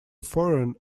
foreign